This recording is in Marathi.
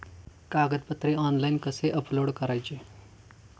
कागदपत्रे ऑनलाइन कसे अपलोड करायचे?